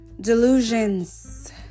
Delusions